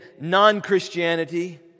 non-Christianity